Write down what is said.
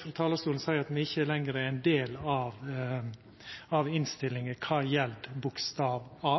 frå talarstolen at me ikkje lenger er ein del av innstillinga når det gjeld forslaget til vedtak A,